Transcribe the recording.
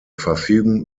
verfügen